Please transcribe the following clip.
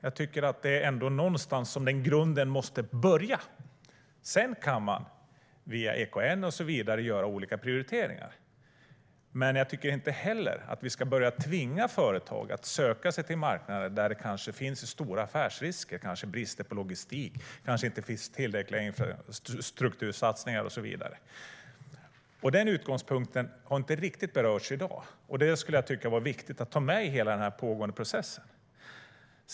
Jag tycker att det är någonstans som grunden måste börja byggas. Sedan kan man, via EKN och så vidare, göra olika prioriteringar. Men jag tycker inte heller att vi ska börja tvinga företag att söka sig till marknader där det kanske finns stora affärsrisker. Det kan vara brister på logistik, det kanske inte finns tillräckliga struktursatsningar och så vidare. Den utgångspunkten har inte riktigt berörts i dag, och jag skulle tycka att det vore viktigt att ta med den i hela den pågående processen.